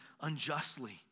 unjustly